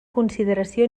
consideració